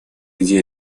где